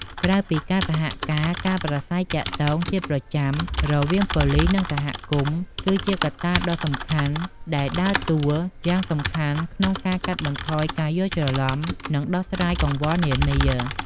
ក្រៅពីការសហការ ការប្រាស្រ័យទាក់ទងជាប្រចាំរវាងប៉ូលីស និងសហគមន៍ គឺជាកត្តាដ៏សំខាន់ដែលដើរតួយ៉ាងសំខាន់ក្នុងការ កាត់បន្ថយការយល់ច្រឡំ និង ដោះស្រាយកង្វល់នានា។